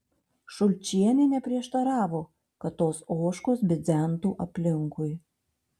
šulčienė neprieštaravo kad tos ožkos bidzentų aplinkui